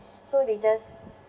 so they just